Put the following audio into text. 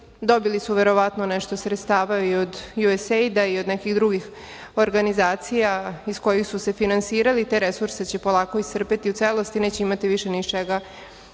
dobili su verovatno nešto sredstava i od USAID-a i od nekih drugih organizacija iz kojih su se finansirali i te resurse će polako iscrpeti u celosti i neće imati više iz čega